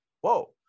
whoa